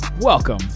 Welcome